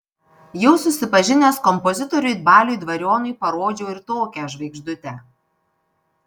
jau susipažinęs kompozitoriui baliui dvarionui parodžiau ir tokią žvaigždutę